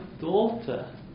daughter